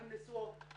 הן נשואות,